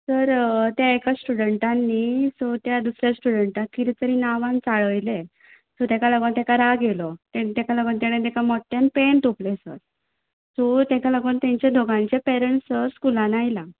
sir ते एका स्टुडंटान न्हय सो त्या दुसऱ्या स्टुडंटाक कितें तरी नांवान चाळयलें सो ताका लागून ताका राग आयलो ताणें ताका लागून तांणे ताका मोट्ट्यान पॅन तोपलें सर सो ताका लागून तेंचे दोगांयंचे पॅरंट्स सर स्कुलान आयला